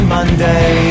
Monday